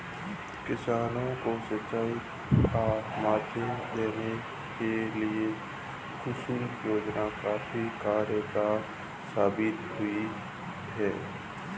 किसानों को सिंचाई का माध्यम देने के लिए कुसुम योजना काफी कारगार साबित हुई है